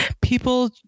People